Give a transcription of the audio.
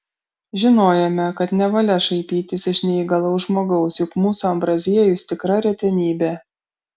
žinojome kad nevalia šaipytis iš neįgalaus žmogaus juk mūsų ambraziejus tikra retenybė